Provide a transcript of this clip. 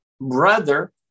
brother